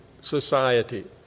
society